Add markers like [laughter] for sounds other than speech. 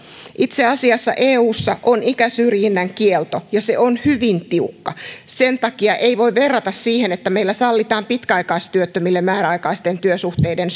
itse asiassa eussa on ikäsyrjinnän kielto ja se on hyvin tiukka sen takia ei voi verrata siihen että meillä sallitaan pitkäaikaistyöttömille määräaikaisten työsuhteiden [unintelligible]